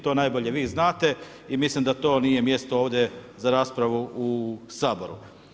To najbolje vi znate i mislim da to nije mjesto ovdje za raspravu u Saboru.